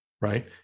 Right